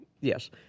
Yes